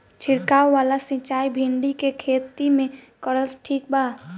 छीरकाव वाला सिचाई भिंडी के खेती मे करल ठीक बा?